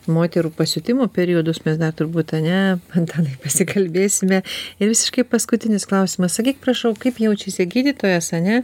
moterų pasiutimo periodus mes dar turbūt ane antanai pasikalbėsime ir visiškai paskutinis klausimas sakyk prašau kaip jaučiasi gydytojas ane